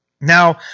Now